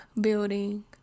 building